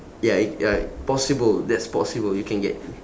ya i~ like possible that's possible you can get